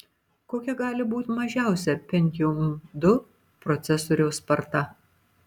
kokia gali būti mažiausia pentium ii procesoriaus sparta